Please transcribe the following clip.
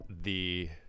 The-